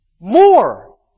More